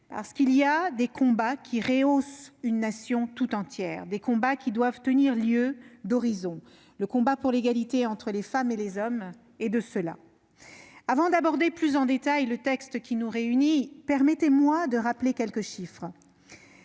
car il est des combats qui rehaussent une nation tout entière, des combats qui doivent tenir lieu d'horizon : le combat pour l'égalité entre les femmes et les hommes est de ceux-là. Avant d'aborder plus en détail le texte qui nous réunit, permettez-moi de rappeler quelques chiffres.